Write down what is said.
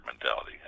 mentality